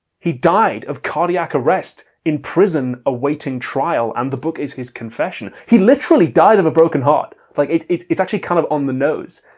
he died of cardiac arrest in prison awaiting trial and the book is his confession. he literally died of a broken heart. like it's it's actually kind of on the nose.